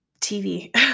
TV